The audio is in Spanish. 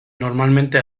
normalmente